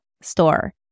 store